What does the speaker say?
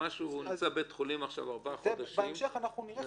הוא נמצא עכשיו בבית חולים ארבעה חודשים --- בהמשך נראה,